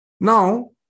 Now